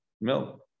milk